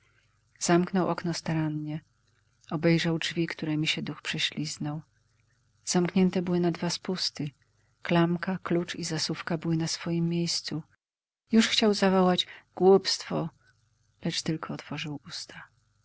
zamknął okno starannie obejrzał drzwi któremi się duch prześliznął zamknięte były na dwa spusty klamka klucz i zasuwka były na swojem miejscu już chciał zawołać głupstwo lecz tylko otworzył usta